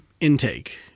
intake